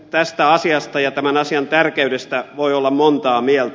tästä asiasta ja tämän asian tärkeydestä voi olla montaa mieltä